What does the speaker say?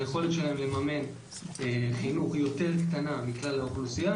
היכולת שלהם לממן חינוך יותר קטנה מכלל האוכלוסייה.